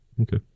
Okay